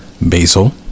basil